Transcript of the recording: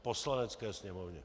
Poslanecké sněmovně.